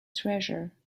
treasure